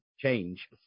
Change